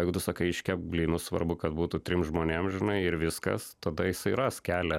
jeigu tu sakai iškepk blynų svarbu kad būtų trim žmonėm žinai ir viskas tada jisai ras kelią